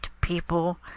people